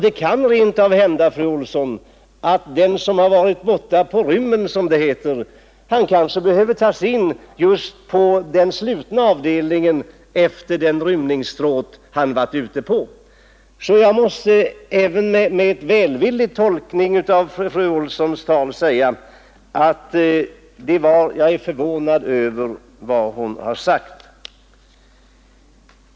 Det kan rent av hända, fru Olsson, att den som har varit på rymningsstråt behöver tas in på den slutna avdelningen efter att ha varit på rymmen, som det heter. Även med en välvillig tolkning av fru Olssons tal måste jag säga att jag är förvånad över vad hon har sagt.